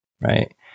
right